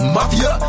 Mafia